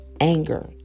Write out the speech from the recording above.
anger